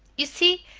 you see,